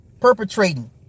Perpetrating